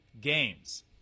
games